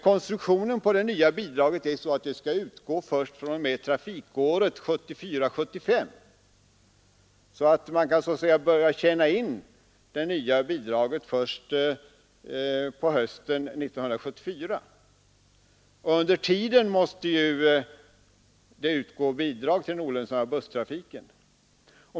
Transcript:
Konstruktionen av det nya bidraget är sådan, att det skall utgå först fr.o.m. trafikåret 1974/75. Man kan så att säga börja tjäna in det nya bidraget först på hösten 1974. Under tiden måste det ju utgå bidrag till den olönsamma busstrafiken.